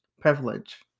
Privilege